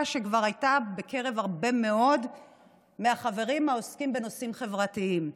שכבר הייתה בקרב הרבה מאוד מהחברים העוסקים בנושאים חברתיים.